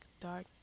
dark